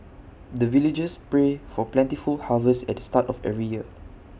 the villagers pray for plentiful harvest at the start of every year